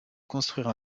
construire